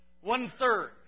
One-third